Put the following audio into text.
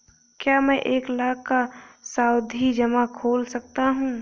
क्या मैं एक लाख का सावधि जमा खोल सकता हूँ?